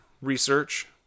research